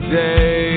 day